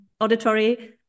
auditory